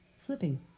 Flipping